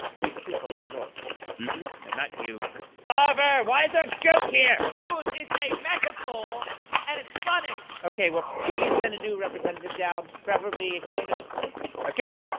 made poop on the floor excuse me? no, not you sarver, why is there a goat here? because it's a metaphor and it's funny ok, well, please send a new representative down preferably a human ok,